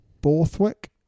Borthwick